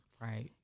Right